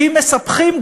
ואם מספחים,